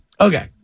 Okay